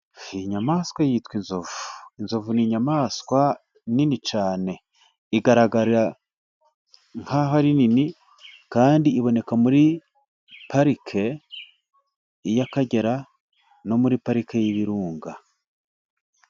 Iyi nyamaswa yitwa inzovu . Inzovu ni inyamaswa nini cyane igaragara nk'aho ari nini kandi iboneka muri parike y'Akagera no muri parike y'Ibirunga.